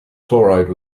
chloride